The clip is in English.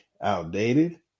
outdated